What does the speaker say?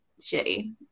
shitty